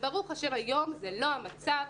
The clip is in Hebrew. ברוך השם היום זה לא המצב.